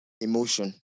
emotion